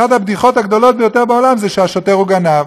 אחת הבדיחות הגדולות ביותר בעולם היא שהשוטר הוא גנב.